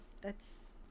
That's-